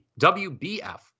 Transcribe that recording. WBF